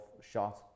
shot